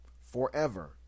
forever